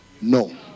No